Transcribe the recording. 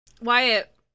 Wyatt